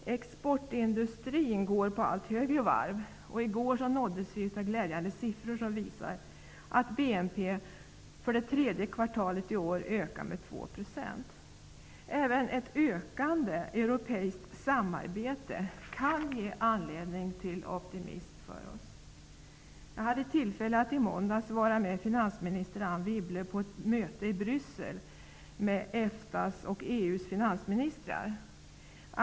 Exportindustrin går för allt högre varv. I går nåddes vi av glädjande siffror som visar att BNP för det tredje kvartalet i år ökat med Även ett ökande europeiskt samarbete kan ge oss anledning till optimism. I måndags hade jag tillfälle att vara med finansminister Anne Wibble på ett möte i Bryssel med EFTA:s och EU:s finansministrar.